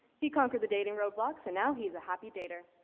he conquered the dating roadblocks and now he's a happy dater.